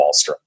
Wallstrom